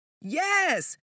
Yes